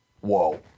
Whoa